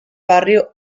barrio